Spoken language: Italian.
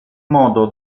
modo